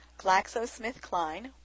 GlaxoSmithKline